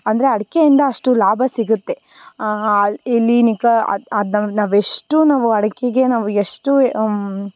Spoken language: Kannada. ಅಂಡಿಕೆ ಅಡಿಕೆಯಿಂದ ಅಷ್ಟು ಲಾಭ ಸಿಗುತ್ತೆ ಇಲ್ಲಿ ಅದು ಅದು ನಾವು ನಾವು ಎಷ್ಟು ನಾವು ಅಡಿಕೆಗೆ ನಾವು ಎಷ್ಟು